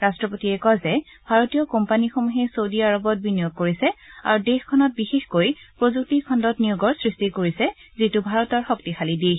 ৰট্টপতিয়ে কয় যে ভাৰতীয় কোম্পানীসমূহে চৌদি আৰবত বিনিয়োগ কৰিছে আৰু দেশখনত বিশেষকৈ প্ৰযুক্তি খণ্ডত নিয়োগৰ সৃষ্টি কৰিছে যিটো ভাৰতৰ শক্তিশালী দিশ